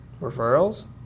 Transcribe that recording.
Referrals